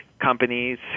companies